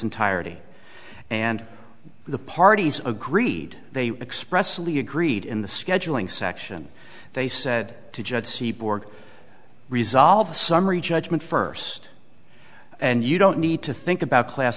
entirety and the parties agreed they expressively agreed in the scheduling section they said to judge see borg resolve a summary judgment first and you don't need to think about class